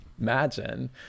imagine